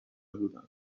بودند